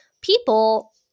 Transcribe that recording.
people